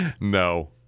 No